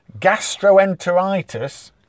gastroenteritis